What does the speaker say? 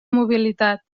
mobilitat